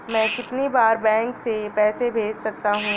मैं कितनी बार बैंक से पैसे भेज सकता हूँ?